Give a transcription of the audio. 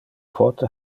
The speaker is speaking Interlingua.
pote